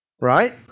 right